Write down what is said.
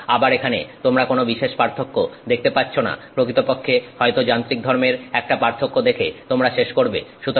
সুতরাং আবার এখানে তোমরা কোন বিশেষ পার্থক্য দেখতে পাচ্ছো না প্রকৃতপক্ষে হয়তো যান্ত্রিক ধর্মের একটা পার্থক্য দেখে তোমরা শেষ করবে